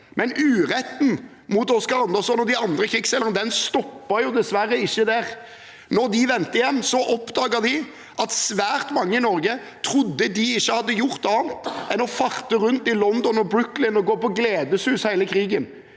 Uretten mot Oscar Anderson og de andre krigsseilerne stoppet dessverre ikke der. Da de vendte hjem, oppdaget de at svært mange i Norge trodde de ikke hadde gjort annet enn å farte rundt i London og Brooklyn og gå på gledeshus hele krigen.